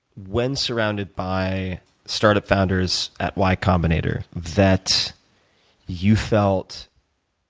when surrounded by startup founders at y combinator, that you felt